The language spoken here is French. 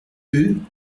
eux